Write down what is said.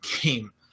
game